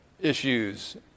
issues